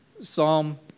Psalm